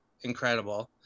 incredible